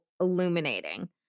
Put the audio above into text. illuminating